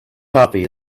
coffee